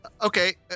okay